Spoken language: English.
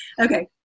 Okay